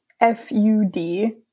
F-U-D